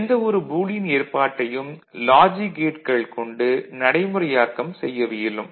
எந்த ஒரு பூலியன் ஏற்பாட்டையும் லாஜிக் கேட்கள் கொண்டு நடைமுறையாக்கம் செய்யவியலும்